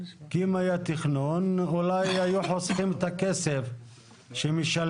כי אם היה תכנון אולי היו חוסכים את הכסף שמשלמים